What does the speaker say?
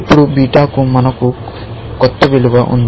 ఇప్పుడు బీటాకు మనకు కొత్త విలువ ఉంది